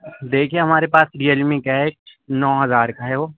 دیکھیے ہمارے پاس ریلمی کا ایٹ نو ہزار کا ہے وہ